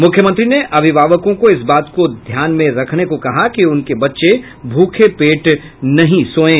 मुख्यमंत्री ने अभिभावकों को इस बात को ध्यान रखने को कहा कि उनके बच्चे भूखे पेट नहीं सोये